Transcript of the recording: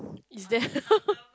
is there